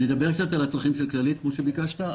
נדבר קצת על הצרכים של כללית, כפי שביקשת.